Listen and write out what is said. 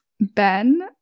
Ben